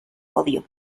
podio